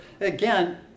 again